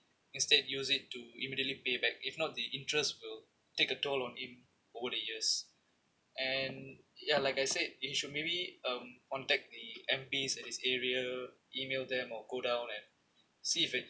instead use it to immediately pay back if not the interest will take a toll on him over the years and ya like I said he should maybe um contact the M_Ps at his area email them or go down and see if it